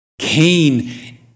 Cain